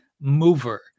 mover